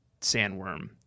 sandworm